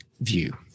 view